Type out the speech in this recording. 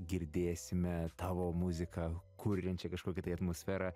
girdėsime tavo muziką kuriančią kažkokį tai atmosferą